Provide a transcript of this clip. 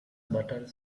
butter